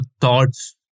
thoughts